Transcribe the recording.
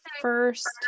first